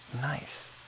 nice